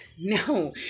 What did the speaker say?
no